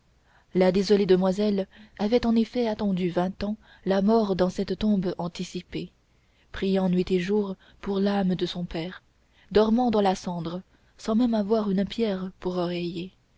la désolée demoiselle avait en effet attendu vingt ans la mort dans cette tombe anticipée priant nuit et jour pour l'âme de son père dormant dans la cendre sans même avoir une pierre pour oreiller